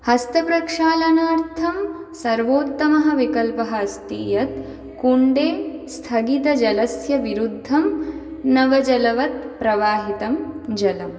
हस्तप्रक्षालनार्थं सर्वोत्तमः विकल्पः अस्ति यत् कुण्डे स्थगितजलस्य विरुद्धं नवजलवत् प्रवाहितं जलम्